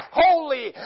holy